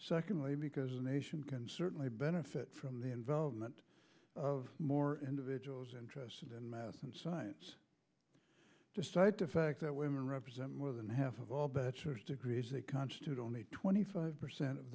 secondly because a nation can certainly benefit from the involvement of more individuals interested in math and science despite the fact that women represent more than half of all bachelor's degrees they constitute only twenty five percent of